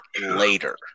later